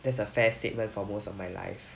there's a fair statement for most of my life